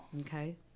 Okay